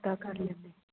ਪਤਾ ਕਰ ਲੈਂਦੇ